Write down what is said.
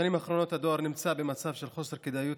בשנים האחרונות הדואר נמצא במצב של חוסר כדאיות